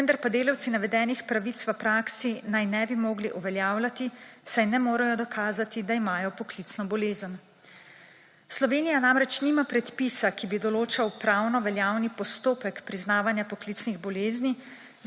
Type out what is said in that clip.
vendar pa delavci navedenih pravic v praksi naj ne bi mogli uveljavljati, saj ne morejo dokazati, da imajo poklicno bolezen. Slovenija namreč nima predpisa, ki bi določal pravno veljavni postopek priznavanja poklicnih bolezni,